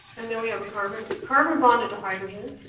and then we have a carbon carbon bonded to hydrogen.